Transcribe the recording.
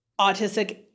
autistic